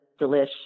Delish